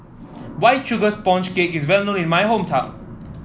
White Sugar Sponge Cake is well known in my hometown